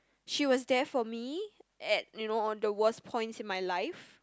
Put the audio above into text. she was there for me at you know the worse points in my life